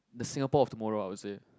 the Singapore of tomorrow I would say